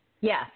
Yes